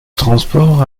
transport